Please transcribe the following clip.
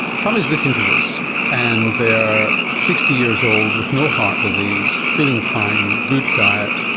somebody is listening to this and they are sixty years old with no heart disease, feeling fine, good diet,